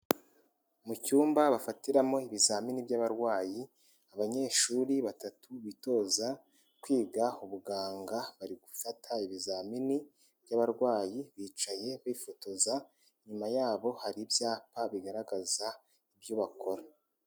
mu cyumba bafatiramo ibizamini by'abarwayi, abanyeshuri batatu bitoza kwiga ubuganga, bari gufata ibizamini by'abarwayi, bicaye bifotoza, inyuma yabo hari ibyapa bigaragaza ibyo bakora.